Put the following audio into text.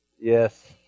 Yes